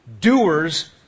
doers